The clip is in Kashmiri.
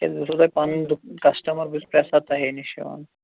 کیٛازِ بہٕ سوزے پنٕنۍ کَسٹٕمَر بہٕ چھُس پرٛٮ۪تھ ساتہٕ تۄہے نِش یِوان